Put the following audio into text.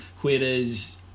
whereas